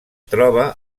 troba